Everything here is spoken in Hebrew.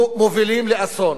מובילים לאסון.